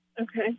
Okay